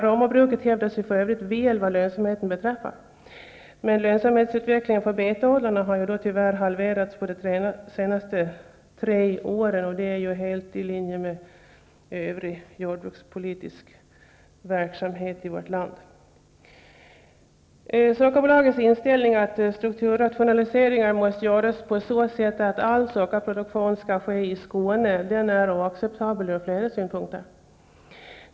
Romabruket hävdar sig för övrigt väl vad lönsamheten beträffar, men lönsamhetsutvecklingen för betodlarna har tyvärr halverats på de tre senaste åren -- helt i linje med övrig jordbrukspolitisk verksamhet i vårt land. Sockerbolagets inställning att strukturrationaliseringar måste göras på så sätt att all sockerproduktion skall ske i Skåne är oacceptabel ur flera synpunkter.